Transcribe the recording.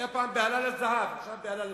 היתה פעם בהלה לזהב, עכשיו בהלה לשלום.